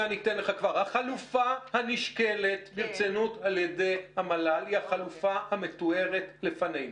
החלופה הנשקלת ברצינות על ידי המל"ל היא החלופה המתוארת לפנינו.